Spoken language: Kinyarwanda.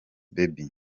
baby